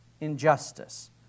injustice